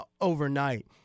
overnight